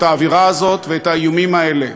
את האווירה הזאת ואת האיומים האלה.